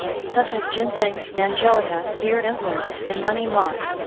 such as ginseng, angelica, deer antlers, and money moss.